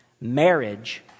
Marriage